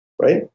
right